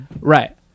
Right